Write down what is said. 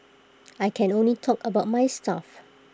I can only talk about my stuff